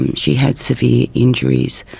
and she had severe injuries,